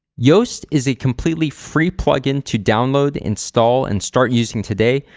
yoast is a completely free plugin to download, install and start using today,